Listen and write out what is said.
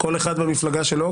כל אחד במפלגה שלו,